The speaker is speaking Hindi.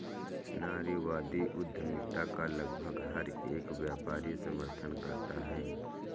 नारीवादी उद्यमिता का लगभग हर एक व्यापारी समर्थन करता है